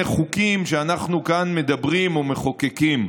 חוקים שאנחנו כאן מדברים או מחוקקים,